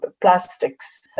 plastics